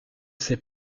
ses